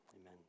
Amen